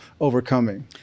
overcoming